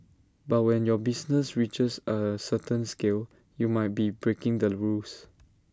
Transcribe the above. but when your business reaches A certain scale you might be breaking the rules